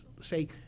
say